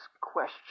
question